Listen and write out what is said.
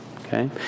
Okay